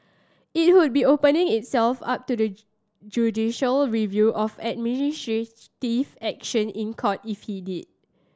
it would be opening itself up to the judicial review of action in Court if it did